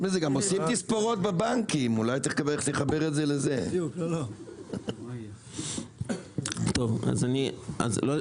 גם אם מישהו יאחר, מה זה עבריין, מה יעשו לו?